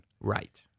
Right